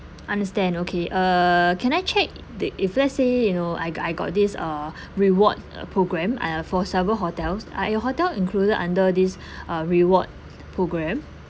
understand okay uh can I check the if let's say you know I I got this uh reward program uh for several hotels are your hotel included under this uh reward program